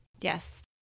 Yes